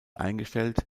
eingestellt